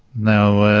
now